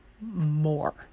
more